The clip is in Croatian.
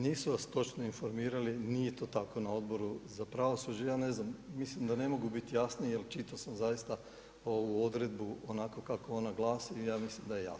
Nisu vas pogrešno informirali i nije to tako na Odboru za pravosuđe, ja ne znam, mislim da ne mogu biti jasniji jer čitao sam zaista ovu odredbu onako kako ona glasi i ja mislim da je jasna.